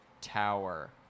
Tower